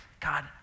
God